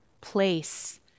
place